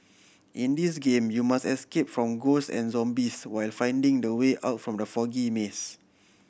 in this game you must escape from ghosts and zombies while finding the way out from the foggy maze